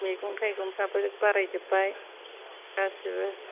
मैगं थायगंफ्राबो बारायजोबबाय गासिबो